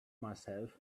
myself